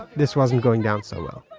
this wasn't going down so well,